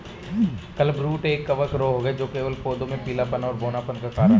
clubroot एक कवक रोग है जो केवल पौधों में पीलापन और बौनापन का कारण है